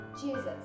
Jesus